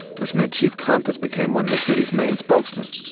which meant chief compass became one of the city's main spokesmen.